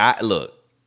look